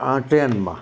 આ ટ્રેનમાં